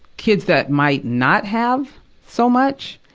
kids that might not have so much.